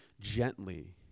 Gently